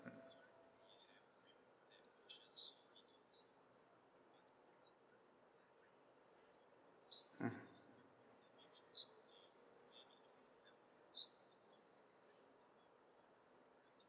mm mmhmm